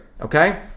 okay